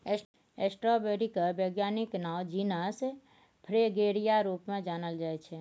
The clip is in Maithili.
स्टाँबेरी केर बैज्ञानिक नाओ जिनस फ्रेगेरिया रुप मे जानल जाइ छै